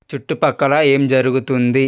చుట్టుపక్కల ఏం జరుగుతుంది